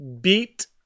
beat